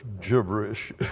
gibberish